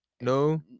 no